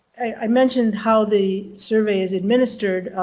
i mentioned how the survey is administered,